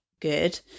good